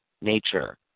nature